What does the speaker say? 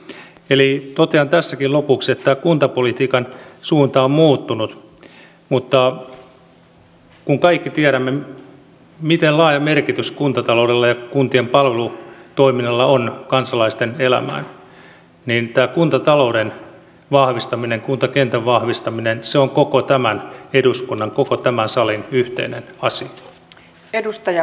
eli totean tässäkin lopuksi että kuntapolitiikan suunta on muuttunut mutta kun kaikki tiedämme miten laaja merkitys kuntataloudella ja kuntien palvelutoiminnalla on kansalaisten elämään niin tämä kuntatalouden kuntakentän vahvistaminen on koko tämän eduskunnan koko tämän salin yhteinen asia